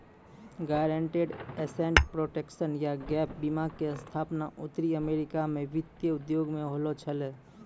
guaranteed asset protection या gap बीमा के स्थापना उत्तरी अमेरिका मे वित्तीय उद्योग मे होलो छलै